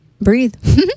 breathe